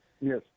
Yes